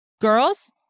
girls